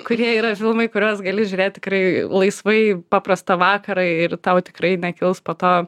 kurie yra filmai kuriuos gali žiūrėt tikrai laisvai paprastą vakarą ir tau tikrai nekils po to